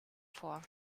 vor